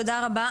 תודה רבה.